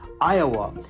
Iowa